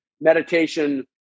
meditation